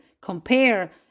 compare